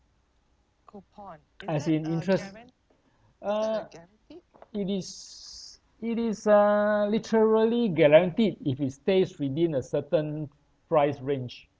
as in interest uh it is it is uh literally guaranteed if it stays within a certain price range